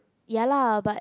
ya lah but